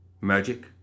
Magic